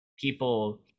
people